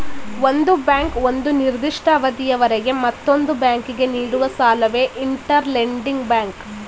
ಒಂದು ಬ್ಯಾಂಕು ಒಂದು ನಿರ್ದಿಷ್ಟ ಅವಧಿಯವರೆಗೆ ಮತ್ತೊಂದು ಬ್ಯಾಂಕಿಗೆ ನೀಡುವ ಸಾಲವೇ ಇಂಟರ್ ಲೆಂಡಿಂಗ್ ಬ್ಯಾಂಕ್